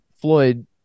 Floyd